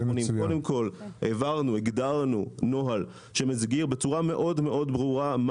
קודם כול הגדרנו נוהל שמסדיר בצורה ברורה מאוד מה